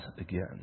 again